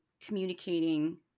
communicating